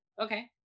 Okay